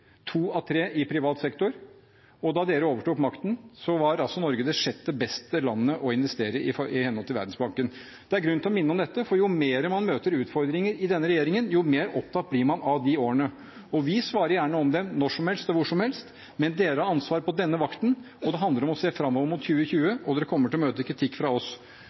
to av tre i privat sektor – og da dere overtok makten, var altså Norge det sjette beste landet å investere i, i henhold til Verdensbanken. Det er grunn til å minne om dette, for jo mer man møter utfordringer i denne regjeringen, jo mer opptatt blir man av de årene. Og vi svarer gjerne for dem når som helst og hvor som helst, men dere har ansvaret på denne vakten, og det handler om å se fremover mot 2020, og dere kommer til å møte kritikk fra oss